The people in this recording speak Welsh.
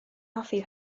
hoffi